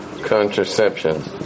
Contraception